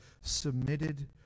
submitted